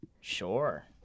Sure